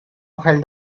held